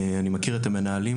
אני מכיר את המנהלים,